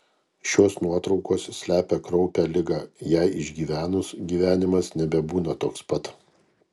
šios nuotraukos slepia kraupią ligą ją išgyvenus gyvenimas nebebūna toks pat